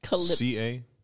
C-A